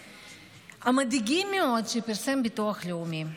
המדאיגים מאוד שפרסם הביטוח הלאומי.